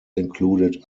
included